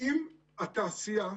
עם התעשייה,